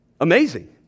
Amazing